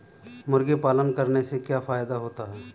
मुर्गी पालन करने से क्या फायदा होता है?